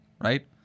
right